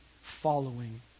following